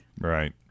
Right